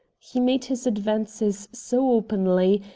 he made his advances so openly,